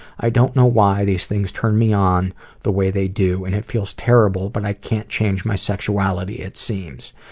i don't know why these things turn me on the way they do, and it feels terrible, but i can't change my sexuality it seems.